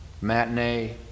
Matinee